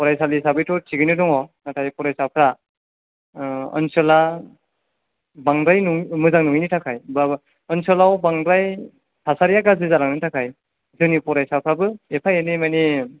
फरायसालि हिसाबैथ' थिगैनो दङ नाथाय फरायसाफ्रा ओनसोला बांद्राय नङि मोजां नङिनि थाखाय बा ओनसोलाव बांद्राय थासारिया गाज्रि जालांनायनि थाखाय जोंनि फरायसाफ्राबो एफा एनै माने